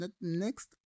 next